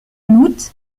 août